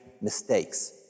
mistakes